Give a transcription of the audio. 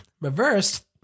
reversed